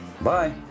Bye